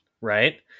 Right